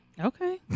Okay